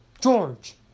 George